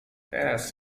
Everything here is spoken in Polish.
teraz